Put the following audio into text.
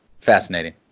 fascinating